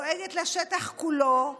דואגת לשטח כולו,